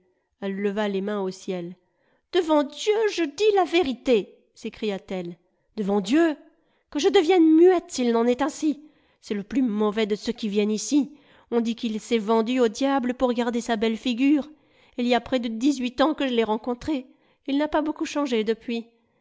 elle leva les mains au ciel devant dieu je dis la vérité s'écria-t-elle devant dieu que je devienne muette s'il n'en est ainsi c'est le plus mauvais de ceux qui viennent ici on dit qu'il s'est vendu au diable pour garder sa belle figure il y a près de dix-huit ans que je l'ai rencontré il na pas beaucoup changé depuis